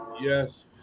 Yes